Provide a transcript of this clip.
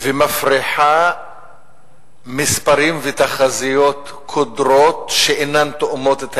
ומפריחים מספרים ותחזיות קודרות שאינן תואמים את האמת,